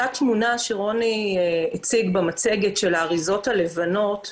אותה תמונה שרוני הציג במצגת של האריזות הלבנות,